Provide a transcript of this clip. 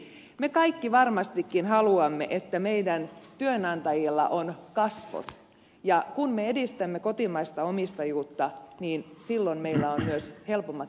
me kaikki varmastikin haluamme että meidän työnantajillamme on kasvot ja kun me edistämme kotimaista omistajuutta niin silloin meillä on myös helpommat